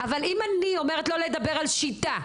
אבל אם אני אומרת לא לדבר על שיטה,